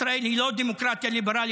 ישראל היא לא דמוקרטיה ליברלית,